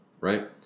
right